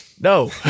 No